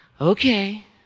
Okay